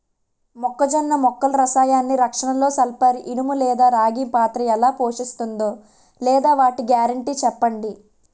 మొక్కజొన్న మొక్కల రసాయన రక్షణలో సల్పర్, ఇనుము లేదా రాగి పాత్ర ఎలా పోషిస్తుందో లేదా వాటి గ్యారంటీ చెప్పండి